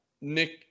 Nick